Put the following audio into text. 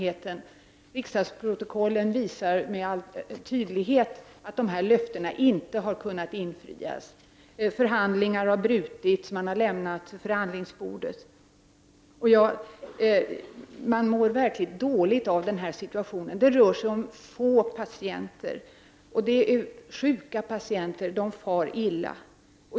Riksdagsprotokollen visar med all tydlighet att dessa löften inte har kunnat infrias. Förhandlingar har avbrutits, och man har lämnat förhandlingsbordet. Människor mår verkligt dåligt av den här situationen. Det rör sig om få patienter, och det är sjuka människor som far illa.